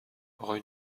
rue